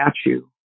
statue